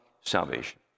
salvation